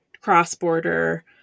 cross-border